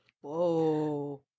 Whoa